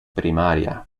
primaria